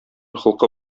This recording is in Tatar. холкы